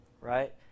right